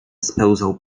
spełzał